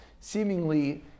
seemingly